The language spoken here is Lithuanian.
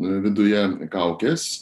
viduje kaukės